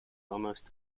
almost